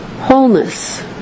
wholeness